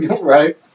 Right